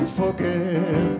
forget